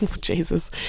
Jesus